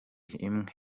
imwe